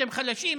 אתם חלשים.